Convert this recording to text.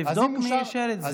תבדוק מי אישר את זה.